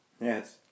Yes